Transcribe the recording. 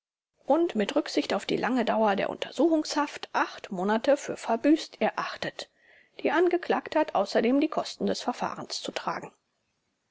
und mit rücksicht auf die lange dauer der untersuchungshaft acht monate für verbüßt erachtet die angeklagte hat außerdem die kosten des verfahrens zu tragen